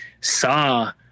saw